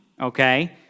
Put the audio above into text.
okay